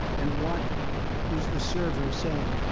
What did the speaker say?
and what is the server saying?